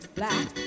Black